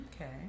Okay